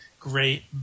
Great